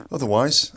Otherwise